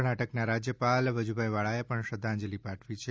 કર્ણાટકના રાજયપાલ શ્રી વજુભાઇ વાળાએ પણ શ્રધ્ધાંજલિ પાઠવી છે